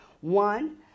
one